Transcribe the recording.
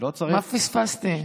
מה פספסתי?